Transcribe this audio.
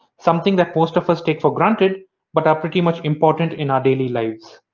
something that most of us take for granted but are pretty much important in our daily lives.